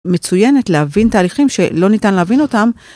מצוינת להבין תהליכים שלא ניתן להבין אותם.